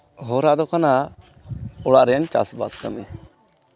ᱦᱚᱨᱟ ᱫᱚ ᱠᱟᱱᱟ ᱚᱲᱟᱜ ᱨᱮᱭᱟᱜ ᱪᱟᱥᱼᱵᱟᱥ ᱠᱟᱹᱢᱤ